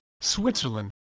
Switzerland